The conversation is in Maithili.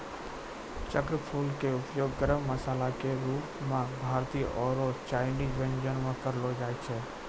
चक्रफूल के उपयोग गरम मसाला के रूप मॅ भारतीय आरो चायनीज व्यंजन म करलो जाय छै